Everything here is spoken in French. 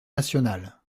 nationale